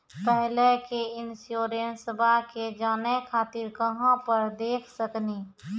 पहले के इंश्योरेंसबा के जाने खातिर कहां पर देख सकनी?